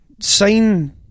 sign